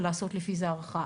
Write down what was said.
ולעשות לפי זה הערכה.